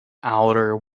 outer